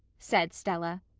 said stella.